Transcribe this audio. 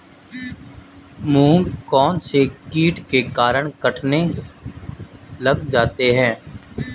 मूंग कौनसे कीट के कारण कटने लग जाते हैं?